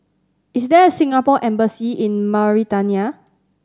is there Singapore Embassy in Mauritania